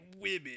women